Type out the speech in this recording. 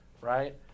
right